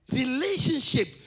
relationship